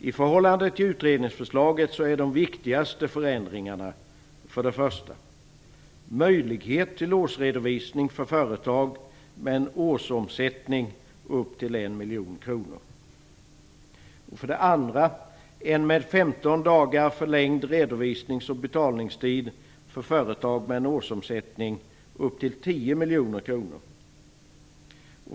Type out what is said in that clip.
I förhållande till utredningsförslaget är de viktigaste förändringarna för det första en möjlighet till årsredovisning för företag med en årsomsättning på upp till en miljon kronor. För det andra är det en med 15 dagar förlängd redovisnings och betalningstid för företag med en årsomsättning på upp till 10 miljoner kronor.